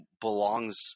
belongs